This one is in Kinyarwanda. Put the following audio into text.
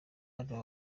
aba